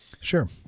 Sure